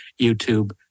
YouTube